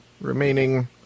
remaining